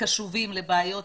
קשובים לסוגיות ובעיות